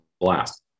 blast